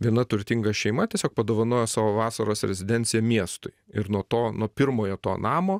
viena turtinga šeima tiesiog padovanojo savo vasaros rezidenciją miestui ir nuo to nuo pirmojo to namo